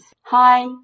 Hi